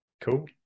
Cool